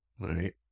Right